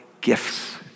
gifts